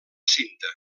cinta